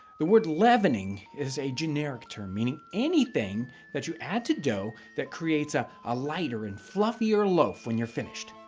the word leavening is a generic term meaning anything that you add to dough that creates ah a lighter and fluffier loaf when you're finished.